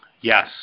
yes